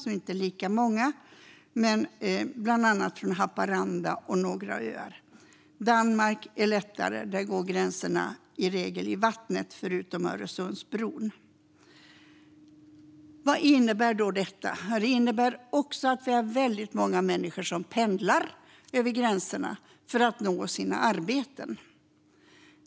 De är inte lika många men finns till exempel i Haparanda och på några öar. Med Danmark är det lättare - där går gränserna i regel i vattnet, förutom på Öresundsbron. Vad innebär då detta? Jo, att det finns väldigt många människor som pendlar över gränserna för att nå sina arbeten.